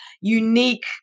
unique